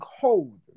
cold